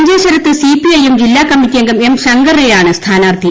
മഞ്ചേശ്വരത്ത് സിപിഐ എം ജില്ലാ കമ്മിറ്റിയംഗം എം ശ്രുകർ റെയാണ് സ്ഥാനാർത്ഥി